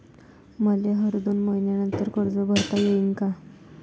मले हर दोन मयीन्यानंतर कर्ज भरता येईन का?